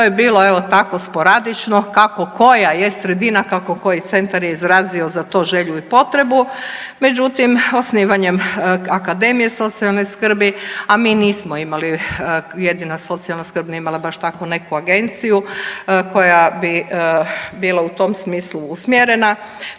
to je bilo evo tako sporadično kako koja je sredina, kako koji centar je izrazio za to želju i potrebu. Međutim, osnivanjem akademije socijalne skrbi a mi nismo imali jedina socijalna skrb nije imala baš takvu neku agenciju koja bi bila u tom smislu usmjerena